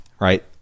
Right